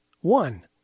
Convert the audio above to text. one